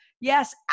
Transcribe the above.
yes